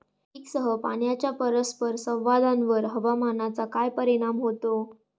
पीकसह पाण्याच्या परस्पर संवादावर हवामानाचा काय परिणाम होतो?